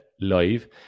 live